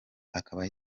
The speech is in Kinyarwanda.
akaba